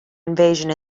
invasion